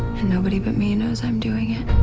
and nobody but me know i'm doing it.